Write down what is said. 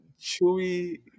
chewy